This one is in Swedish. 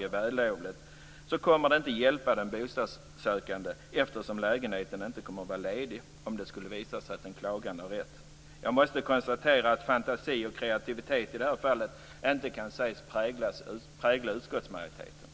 det vara vällovligt, inte kommer att hjälpa den bostadssökande eftersom lägenheten inte kommer att vara ledig om det skulle visa sig att den klagande har rätt. Jag måste konstatera att fantasi och kreativitet i det här fallet inte kan sägas prägla utskottsmajoriteten.